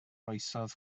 oesoedd